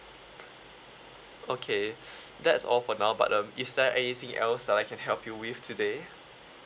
okay that's all for now but um is there anything else that I can help you with today